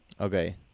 Okay